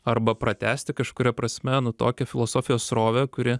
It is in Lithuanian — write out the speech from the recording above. arba pratęsti kažkuria prasme nu tokią filosofijos srovę kuri